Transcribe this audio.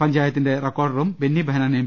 പഞ്ചായത്തിന്റെ record room Benny Behanan M